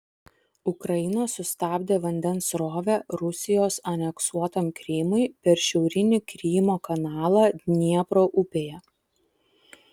ukraina sustabdė vandens srovę rusijos aneksuotam krymui per šiaurinį krymo kanalą dniepro upėje